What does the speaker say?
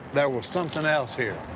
there was somethin' else here.